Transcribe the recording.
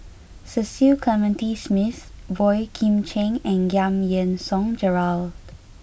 Cecil Clementi Smith Boey Kim Cheng and Giam Yean Song Gerald